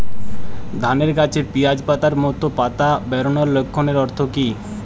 ধানের গাছে পিয়াজ পাতার মতো পাতা বেরোনোর লক্ষণের অর্থ কী?